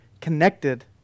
connected